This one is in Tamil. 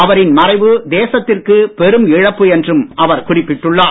அவரின் மறைவு தேசத்திற்கு பெரும் இழப்பு என்றும் அவர் குறிப்பிட்டுள்ளார்